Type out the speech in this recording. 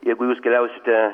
jeigu jūs keliausite